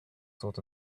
sort